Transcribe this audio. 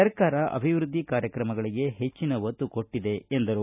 ಸರ್ಕಾರ ಅಭಿವೃದ್ದಿ ಕಾರ್ಯಕ್ರಮಗಳಿಗೆ ಹೆಚ್ಚಿನ ಒತ್ತು ಕೊಟ್ಟಿದೆ ಎಂದರು